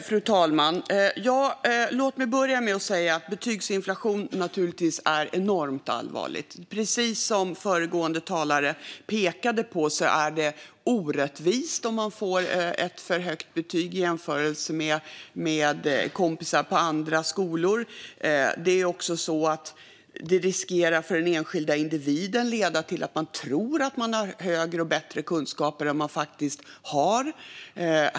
Fru talman! Låt mig börja med att säga att betygsinflation naturligtvis är enormt allvarligt. Precis som föregående talare pekade på är det orättvist om man får ett för högt betyg i jämförelse med kompisar på andra skolor. Det riskerar också att leda till att den enskilda individen tror att man har bättre kunskaper än man faktiskt har.